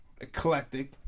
eclectic